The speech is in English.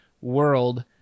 world